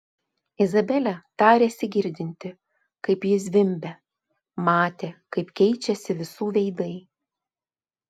izabelė tarėsi girdinti kaip ji zvimbia matė kaip keičiasi visų veidai